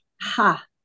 ha